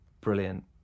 brilliant